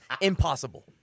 Impossible